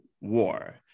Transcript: war